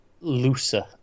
looser